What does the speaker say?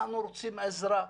אנחנו רוצים עזרה,